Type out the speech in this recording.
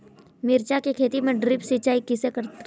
मिरचा के खेती म ड्रिप सिचाई किसे रथे?